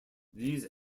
these